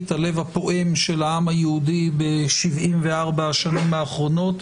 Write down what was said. הלב הפועם של העם היהודי ב-74 השנים האחרונות,